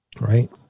right